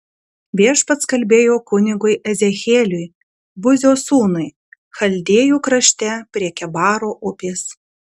viešpats kalbėjo kunigui ezechieliui buzio sūnui chaldėjų krašte prie kebaro upės